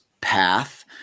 path